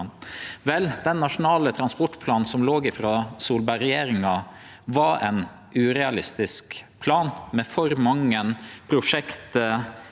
den nasjonale transportplanen som låg føre frå Solberg-regjeringa, var ein urealistisk plan, med for mange prosjekt